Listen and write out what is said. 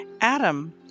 Adam